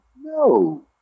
no